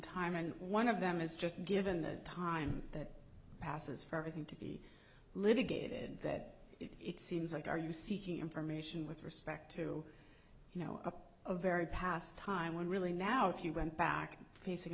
time and one of them is just given the time that passes for everything to be litigated that it seems like are you seeking information with respect to a very past time when really now if you went back facing